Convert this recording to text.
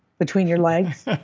between your legs?